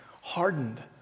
Hardened